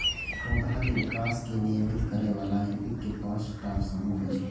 पौधाक विकास कें नियमित करै बला यौगिक के पांच टा समूह होइ छै